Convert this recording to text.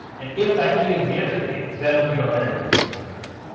and if that key is the enter key, then let me go ahead and do something interesting.